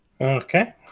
Okay